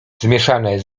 zmieszane